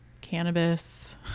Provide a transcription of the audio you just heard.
cannabis